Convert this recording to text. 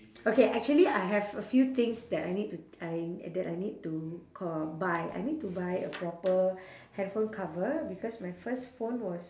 okay actually I have a few things that I need to I that I need to ca~ buy I need to buy a proper handphone cover because my first phone was